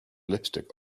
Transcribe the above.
lipstick